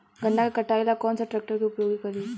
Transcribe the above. गन्ना के कटाई ला कौन सा ट्रैकटर के उपयोग करी?